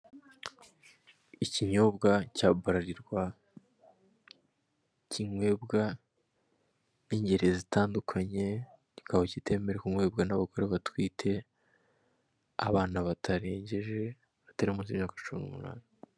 Ikinyobwa cya Bralirwa kinyobwa ningeri zitandukanye kikaba kitemerewe kunywebwa n'abagore batwite abana batarengeje, batari munsi y'imyaka cumi n'umunani.